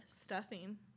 Stuffing